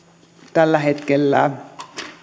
tällä hetkellä